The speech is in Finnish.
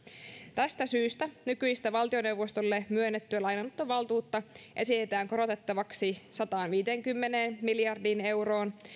tästä syystä nykyistä valtioneuvostolle myönnettyä lainanottovaltuutta esitetään korotettavaksi sataanviiteenkymmeneen miljardiin euroon